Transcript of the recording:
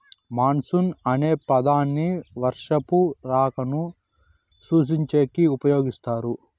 monsoon అనే పదాన్ని వర్షపు రాకను సూచించేకి ఉపయోగిస్తారు